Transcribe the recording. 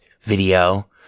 video